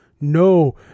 no